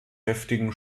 heftigen